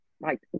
right